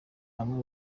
hamwe